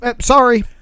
Sorry